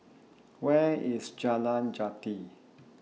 Where IS Jalan Jati